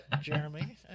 Jeremy